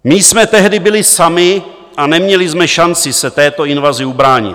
My jsme tehdy byli sami a neměli jsme šanci se této invazi ubránit.